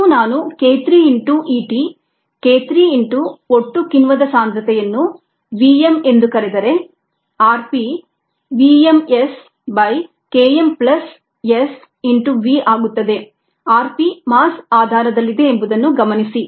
Substituting rP k3Et SKmS V ಮತ್ತು ನಾನು k3 into E t k3 into ಒಟ್ಟು ಕಿಣ್ವದ ಸಾಂದ್ರತೆಯನ್ನು v m ಎಂದು ಕರೆದರೆ r p v m S by K m plus S into V ಆಗುತ್ತದೆ r p mass ಆಧಾರದಲ್ಲಿದೆ ಎಂಬುದನ್ನು ಗಮನಿಸಿ